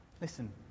Listen